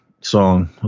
song